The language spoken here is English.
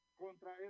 contra